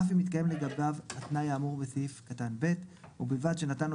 אף אם מתקיים לגביו התנאי האמור בסעיף קטן ב' ובלבד שנתן לו